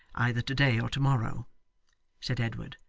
either to-day or to-morrow said edward,